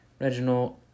Reginald